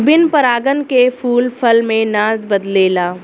बिन परागन के फूल फल मे ना बदलेला